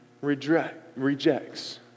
rejects